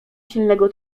silnego